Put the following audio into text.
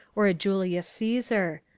or a julius caesar.